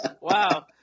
Wow